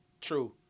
True